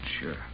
Sure